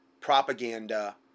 propaganda